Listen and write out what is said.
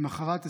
למוחרת,